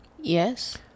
Yes